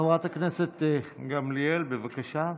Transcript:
חברת הכנסת גמליאל, בבקשה.